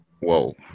Whoa